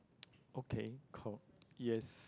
okay cool yes